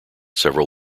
several